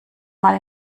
mal